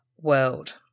world